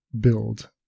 build